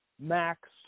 Max